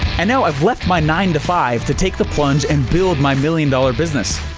and now i've left my nine to five to take the plunge and build my million dollar business.